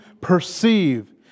perceive